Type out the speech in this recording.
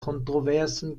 kontroversen